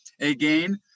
Again